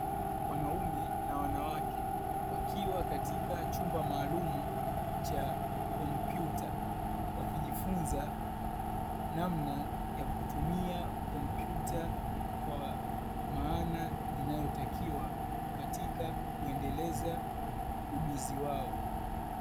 Wanaume na wanawake wakiwa katika chumba maalumu cha kompyuta, wakijifunza namna ya kutumia kompyuta kwa maana inayotakiwa katika kuendeleza ujuzi wao.